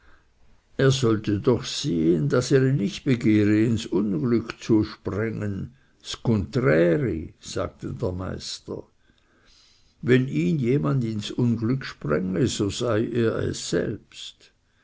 er sollte doch sehen daß er ihn nicht begehre ins unglück zu sprengen ds gunteräri sagte der meister wenn ihn jemand ins unglück sprenge so sei er es selbst